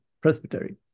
presbytery